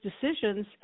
decisions